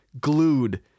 glued